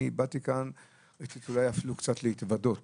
באתי לכאן כי רציתי אולי אפילו קצת להתוודות